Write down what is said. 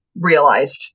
realized